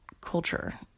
culture